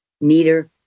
neater